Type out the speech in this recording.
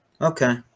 Okay